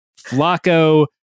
Flacco